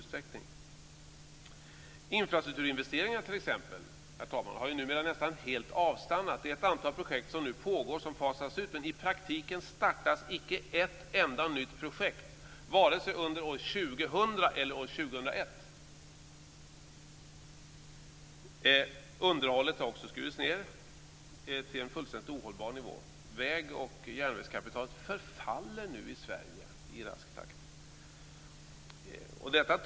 T.ex. infrastrukturinvesteringarna har numera nästan helt avstannat. Det är ett antal projekt som nu pågår och som fasas ut. Men i praktiken startas icke ett enda nytt projekt vare sig under år 2000 eller år 2001. Underhållet har också skurits ned till en fullständigt ohållbar nivå. Väg och järnvägskapitalet förfaller nu i rask takt i Sverige.